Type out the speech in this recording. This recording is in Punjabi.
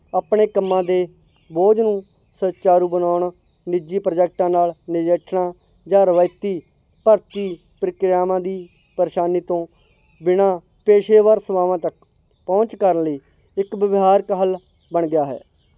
ਆਪਣੇ ਕੰਮਾਂ ਦੇ ਬੋਝ ਨੂੰ ਸੁਚਾਰੂ ਬਣਾਉਣ ਨਿੱਜੀ ਪ੍ਰੋਜੈਕਟਾਂ ਨਾਲ ਨਜਿੱਠਣਾ ਜਾਂ ਰਵਾਇਤੀ ਭਰਤੀ ਪ੍ਰਕਿਰਿਆਵਾਂ ਦੀ ਪਰੇਸ਼ਾਨੀ ਤੋਂ ਬਿਨਾਂ ਪੇਸ਼ੇਵਰ ਸੇਵਾਵਾਂ ਤੱਕ ਪਹੁੰਚ ਕਰਨ ਲਈ ਇੱਕ ਵਿਵਹਾਰਿਕ ਹੱਲ ਬਣ ਗਿਆ ਹੈ